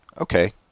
Okay